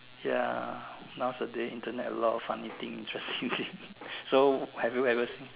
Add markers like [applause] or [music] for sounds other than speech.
ya nowadays Internet a lot of funny things interestingly [laughs] so have you ever seen